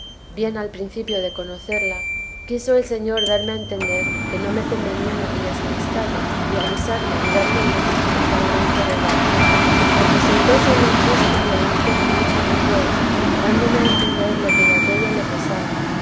bien al principio de conocerla quiso el señor darme a entender que no me convenían aquellas amistades y avisarme y darme luz en tan gran ceguedad representóseme cristo delante con mucho rigor dándome a entender lo que de aquello le pesaba